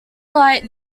light